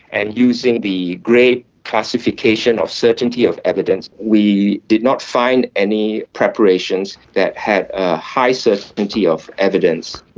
and using the grade classification of certainty of evidence we did not find any preparations that had a high certainty of evidence.